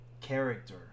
character